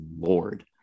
lord